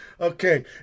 Okay